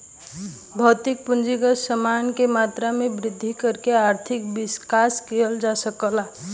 भौतिक पूंजीगत समान के मात्रा में वृद्धि करके आर्थिक विकास किहल जा सकला